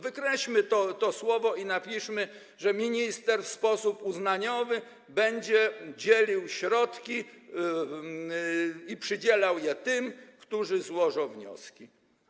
Wykreślmy to słowo i napiszmy, że minister w sposób uznaniowy będzie dzielił środki i przydzielał je tym, którzy złożą wnioski.